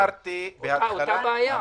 אותה בעיה.